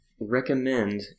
recommend